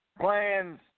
plans